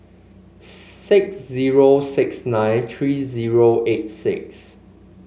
six zero six nine three zero eight six